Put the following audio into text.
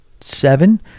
seven